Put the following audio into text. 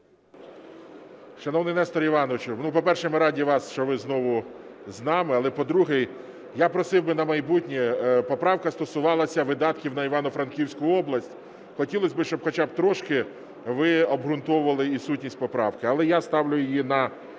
Шановний Несторе Івановичу, по-перше, ми раді вам, що ви знову з нами. Але, по-друге, я просив би на майбутнє, поправка стосувалася видатків на Івано-Франківську область, хотілось би, щоб хоча б трошки ви обґрунтовували і сутність поправки. Але я ставлю її на